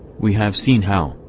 we have seen how,